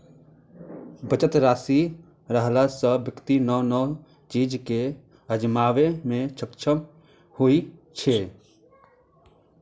बचत राशि रहला सं व्यक्ति नव नव चीज कें आजमाबै मे सक्षम होइ छै